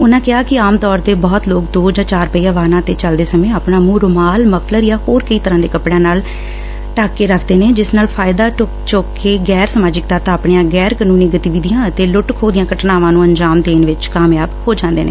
ਉਨਾਂ ਕਿਹਾ ਕਿ ਆਮ ਤੌਰ ਤੇ ਬਹੁਤ ਲੋਕ ਦੋ ਜਾਂ ਚਾਰ ਪਹੀਆ ਵਾਹਨਾਂ ਤੇ ਚਲਾਉਂਦੇ ਸਮੇਂ ਆਪਣਾ ਮ੍ਰੰਹ ਰੁਮਾਲ ਮਫਲਰ ਅਤੇ ਹੋਰ ਕਈ ਤਰ੍ਰਾਂ ਦੇ ਕੱਪੜਿਆਂ ਨਾਲ ਢੱਕ ਕੇ ਰੱਖਦੇ ਨੇ ਜਿਸ ਦਾ ਫਾਇਦਾ ਚੁੱਕ ਕੇ ਗੈਰ ਸਮਾਜਿਕ ਤੱਤ ਆਪਣੀਆਂ ਗੈਰ ਕਾਨੂੰਨੀ ਗਤੀਵਿਧੀਆਂ ਅਤੇ ਲੁੱਟ ਖੋਹ ਦੀਆਂ ਘਟਨਾਵਾਂ ਨੂੰ ਅੰਜਾਮ ਦੇਣ ਵਿਚ ਕਾਮਯਾਬ ਹੋ ਜਾਂਦੇ ਨੇ